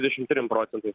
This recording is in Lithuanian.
dvidešim trim procentais